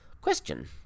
Question